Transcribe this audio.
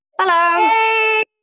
Hello